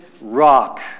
rock